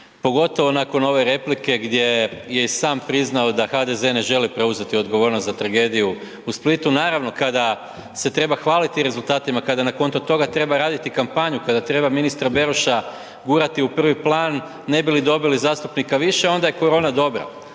pogotovo nakon ove replike gdje je i sam priznao da HDZ ne želi preuzeti odgovornost za tragediju u Splitu, naravno kada se treba hvaliti rezultatima, kada na konto toga treba raditi kampanju, kada treba ministra Beroša gurati u prvi plan ne bili dobili zastupnika više, onda je korona dobra,